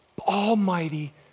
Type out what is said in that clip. almighty